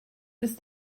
ist